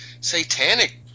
satanic